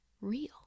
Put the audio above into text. real